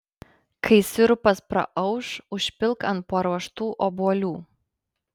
kai sirupas praauš užpilk ant paruoštų obuolių